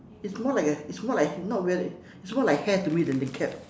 it's more like a it's more like not really it's more like hair to me than the cap